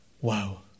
Wow